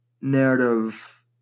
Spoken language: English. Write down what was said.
narrative